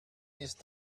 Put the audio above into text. ist